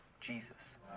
Jesus